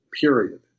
period